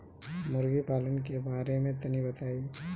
मुर्गी पालन के बारे में तनी बताई?